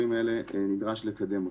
ונדרש לקדם אותם.